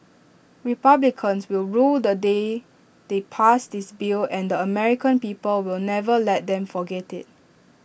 republicans will rue the day they passed this bill and American people will never let them forget IT